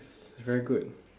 it's very good